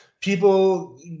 people